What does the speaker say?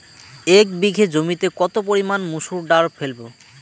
এক বিঘে জমিতে কত পরিমান মুসুর ডাল ফেলবো?